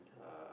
uh